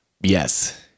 Yes